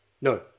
no